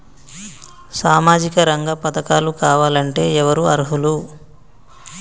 సామాజిక రంగ పథకాలు కావాలంటే ఎవరు అర్హులు?